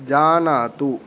जानातु